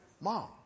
Mom